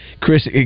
Chris